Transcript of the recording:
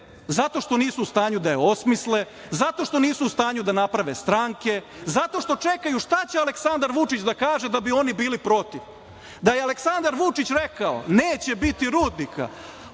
zato što nisu u stanju da je osmisle, zato što nisu u stanju da naprave stranke, zato što čekaju šta će Aleksandar Vučić da kaže da bi oni bili protiv. Da je Aleksandar Vučić rekao – neće biti rudnika,